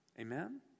Amen